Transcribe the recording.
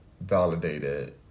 validated